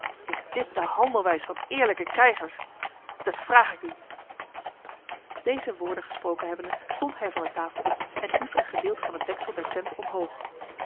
is dit de handelwijs van eerlijke krijgers dit vraag ik u deze woorden gesproken hebbende stond hij van de tafel op en hief een gedeelte van het deksel der tent omhoog